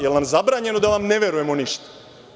Da li nam je zabranjeno da vam ne verujemo ništa?